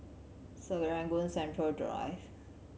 Serangoon Central Drive